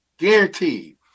Guaranteed